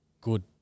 good